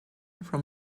from